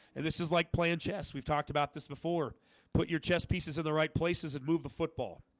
and this is like playing chess we've talked about this before put your chess pieces in the right places and move the football